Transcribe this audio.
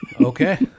Okay